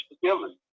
forgiven